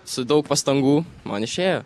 su daug pastangų man išėjo